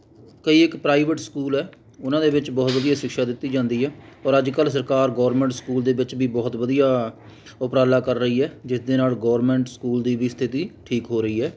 ਕਈ ਇੱਕ private school ਹੈ ਉਨ੍ਹਾਂ ਦੇ ਵਿੱਚ ਬਹੁਤ ਵਧੀਆ ਸਿਕਸ਼ਾ ਦਿੱਤੀ ਜਾਂਦੀ ਹੈ ਪਰ ਅੱਜ ਕੱਲ੍ਹ ਸਰਕਾਰ ਗੌਰਮੈਂਟ ਸਕੂਲ ਦੇ ਵਿੱਚ ਵੀ ਬਹੁਤ ਵਧੀਆ ਉਪਰਾਲਾ ਕਰ ਰਹੀ ਹੈ ਜਿਸ ਦੇ ਨਾਲ ਗੌਰਮੈਂਟ ਸਕੂਲ ਦੀ ਵੀ ਸਥਿਤੀ ਠੀਕ ਹੋ ਰਹੀ ਹੈ